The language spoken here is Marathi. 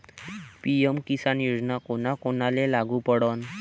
पी.एम किसान योजना कोना कोनाले लागू पडन?